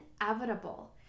inevitable